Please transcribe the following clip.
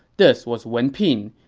this was wen pin,